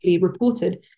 reported